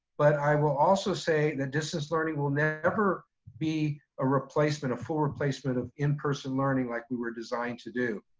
but i will also say the distance learning will never be a replacement, a full replacement of in-person learning like we were designed to do.